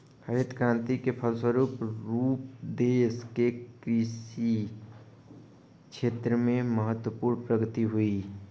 हरित क्रान्ति के फलस्व रूप देश के कृषि क्षेत्र में महत्वपूर्ण प्रगति हुई